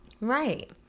right